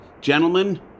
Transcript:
Gentlemen